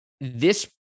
this-